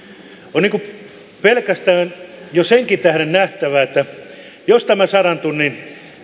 on pelkästään jo senkin tähden nähtävä että jos tämä sadan tunnin